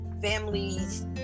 families